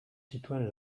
zituen